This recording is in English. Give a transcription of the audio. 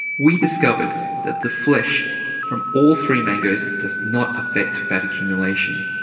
we discovered that the flesh from all three mangoes does not affect fat accumulation.